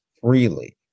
freely